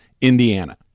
Indiana